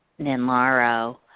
ninlaro